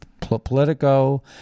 Politico